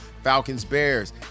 Falcons-Bears